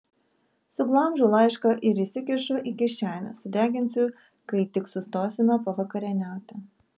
suglamžau laišką ir įsikišu į kišenę sudeginsiu kai tik sustosime pavakarieniauti